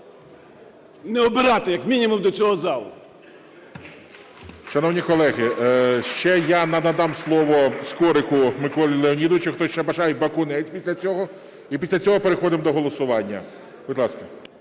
не обирати, як мінімум, до цього залу.